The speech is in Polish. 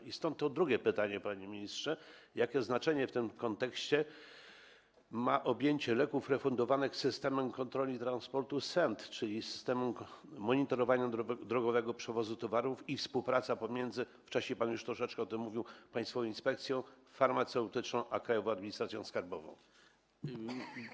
I stąd to drugie pytanie, panie ministrze: Jakie znaczenie w tym kontekście ma objęcie leków refundowanych systemem kontroli transportu SENT, czyli systemem monitorowania drogowego przewozu towarów, i współpraca pomiędzy - wcześniej pan już troszeczkę o tym mówił - Państwową Inspekcją Farmaceutyczną a Krajową Administracją Skarbową.